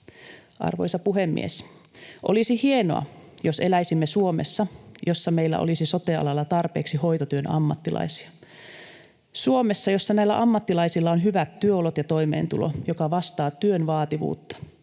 Arvoisa puhemies! Olisi hienoa, jos eläisimme Suomessa, jossa meillä olisi sote-alalla tarpeeksi hoitotyön ammattilaisia, Suomessa, jossa näillä ammattilaisilla olisi hyvät työolot ja toimeentulo, joka vastaisi työn vaativuutta.